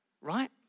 right